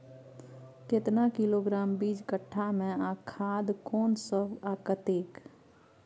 केतना किलोग्राम बीज कट्ठा मे आ खाद कोन सब आ कतेक?